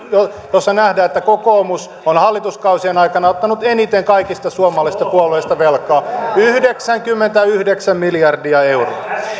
josta nähdään että kokoomus on hallituskausien aikana ottanut eniten kaikista suomalaisista puolueista velkaa yhdeksänkymmentäyhdeksän miljardia euroa